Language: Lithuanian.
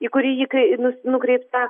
į kurį ji krei nu nukreipta